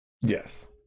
Yes